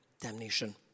damnation